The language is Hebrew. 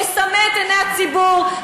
לסמא את עיני הציבור,